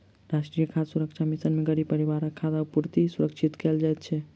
राष्ट्रीय खाद्य सुरक्षा मिशन में गरीब परिवारक खाद्य पूर्ति सुरक्षित कयल जाइत अछि